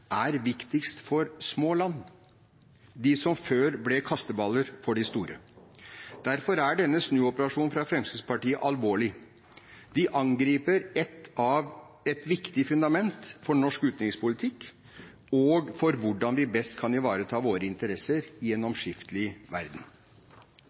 er viktigst for små land, de som før ble kasteballer for de store. Derfor er denne snuoperasjonen fra Fremskrittspartiet alvorlig. De angriper et viktig fundament for norsk utenrikspolitikk og for hvordan vi best kan ivareta våre interesser i en